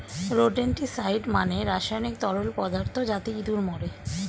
rodenticide মানে রাসায়নিক তরল পদার্থ যাতে ইঁদুর মরে